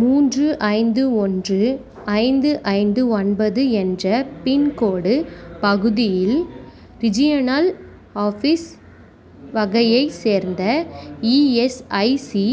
மூன்று ஐந்து ஒன்று ஐந்து ஐந்து ஒன்பது என்ற பின்கோடு பகுதியில் ரிஜியினல் ஆஃபீஸ் வகையைச் சேர்ந்த இஎஸ்ஐசி